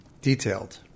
detailed